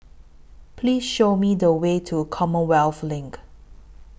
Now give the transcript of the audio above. Please Show Me The Way to Commonwealth LINK